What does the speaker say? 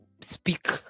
speak